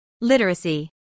Literacy